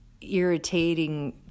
irritating